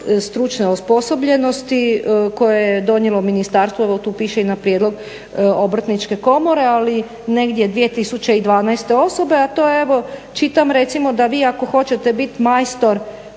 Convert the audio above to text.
stručne osposobljenosti koje je donijelo ministarstvo. Evo tu piše i na prijedlog Obrtničke komore, ali negdje 2012. a to evo čitam recimo da vi ako hoćete bit majstor